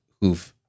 who've